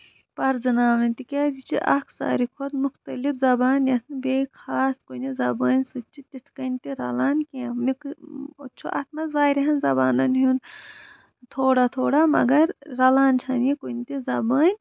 پَرزٕناونہٕ تِکیازِ یہِ چھِ اکھ ساروی کھۄت مُختٔلِف زَبان یَتھ بیٚیہِ خاص کُنہِ زَبٲنۍ سۭتۍ تِتھۍ کٔنۍ تہِ رَلان کیٚنٛہہ چھ اَتھ منٛز واریاہن زَبانن ہُند تھوڑا تھوڑا مَگر رَلان چھنہٕ یہِ کُنہِ تہِ زَبٲنۍ